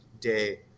day